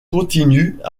continuent